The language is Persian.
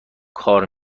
کار